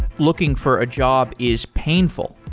looking for a job is painful.